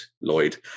Lloyd